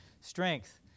strength